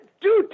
dude